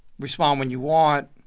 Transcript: respond when you want,